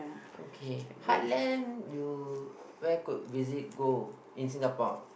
okay heartland you where to visit go in Singapore